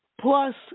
Plus